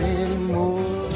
anymore